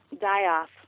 die-off